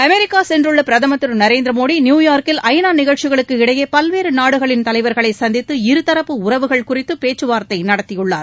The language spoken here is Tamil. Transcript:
அமெரிக்கா சென்றுள்ள பிரதமர் திரு நரேந்திர மோடி நியூயார்க்கில் ஐநா நிகழ்ச்சிகளுக்கு இடையே பல்வேறு நாடுகளின் தலைவர்களை சந்தித்து இருதரப்பு உறவுகள் குறித்து பேச்சுவார்த்தை நடத்தியுள்ளார்